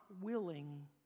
willing